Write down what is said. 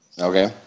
Okay